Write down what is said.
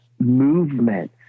movement